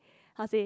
how say